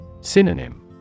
Synonym